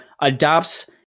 adopts